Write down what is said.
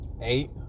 Eight